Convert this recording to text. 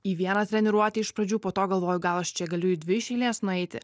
į vieną treniruotę iš pradžių po to galvoju gal aš čia galiu į dvi iš eilės nueiti